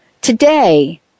Today